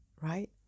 right